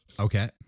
Okay